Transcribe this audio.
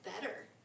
better